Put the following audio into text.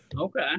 Okay